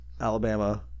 Alabama